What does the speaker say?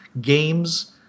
Games